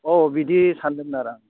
अ बिदि सान्दोंमोन आरो आं